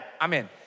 Amen